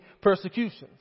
persecutions